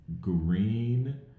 green